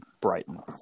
Brighton